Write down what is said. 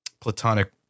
platonic